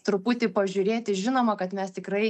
truputį pažiūrėti žinoma kad mes tikrai